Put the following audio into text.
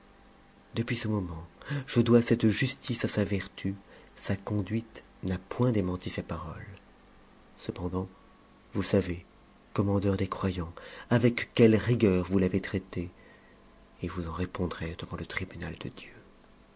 depuis ce moment je dois celte justice à sa vertu sa conduite n'a point démenti ses paroles cependant vous savez commandeur des croyants avec quelle rigueur vous l'avez traité et vous en répondrez devant le tribunal de dieu